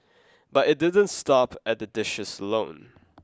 but it didn't stop at the dishes alone